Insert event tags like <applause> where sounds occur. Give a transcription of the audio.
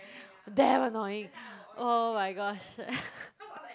damn annoying <breath> oh my gosh